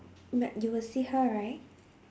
but you will see her right